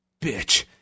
bitch